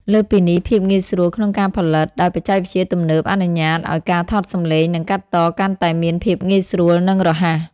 លើសពីនេះ ភាពងាយស្រួលក្នុងការផលិត ដោយបច្ចេកវិទ្យាទំនើបអនុញ្ញាតឲ្យការថតសំឡេង និងកាត់តកាន់តែមានភាពងាយស្រួល និងរហ័ស។